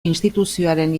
instituzioaren